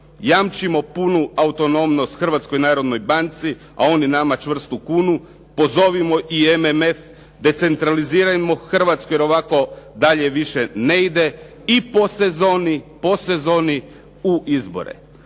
jamčimo punu autonomnost Hrvatskoj narodnoj banci, a oni nama čvrstu kunu, pozovimo i MMF, decentralizirajmo Hrvatsku jer ovako dalje više ne ide i po sezoni, po sezoni u izbore.